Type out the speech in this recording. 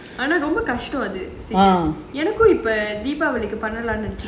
ஆனா ரொம்ப கஷ்டம் அது எனக்கும் இப்ப பண்ணலாம்னு நினைச்சே:aanaa romba kashtam athu enakkum ippa pannalaamnu ninaichae